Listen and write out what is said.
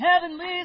heavenly